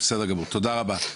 תודה רבה.